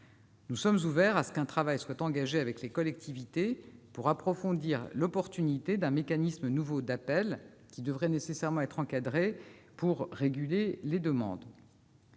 Nous sommes ouverts à ce qu'un travail soit engagé avec les collectivités pour approfondir l'opportunité d'un mécanisme nouveau d'appel, qui devrait nécessairement être encadré pour réguler les demandes.